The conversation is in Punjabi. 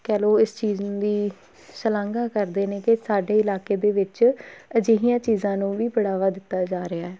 ਕਹਿ ਲਓ ਇਸ ਚੀਜ਼ ਦੀ ਸ਼ਲਾਘਾ ਕਰਦੇ ਨੇ ਕਿ ਸਾਡੇ ਇਲਾਕੇ ਦੇ ਵਿੱਚ ਅਜਿਹੀਆਂ ਚੀਜ਼ਾਂ ਨੂੰ ਵੀ ਬੜਾਵਾ ਦਿੱਤਾ ਜਾ ਰਿਹਾ